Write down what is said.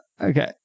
Okay